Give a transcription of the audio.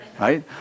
Right